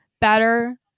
better